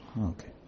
Okay